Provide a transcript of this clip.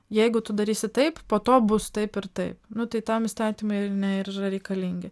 jeigu tu darysi taip po to bus taip ir taip nu tai tam įstatyme ir nėra reikalingi